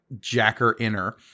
jacker-inner